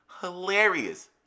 Hilarious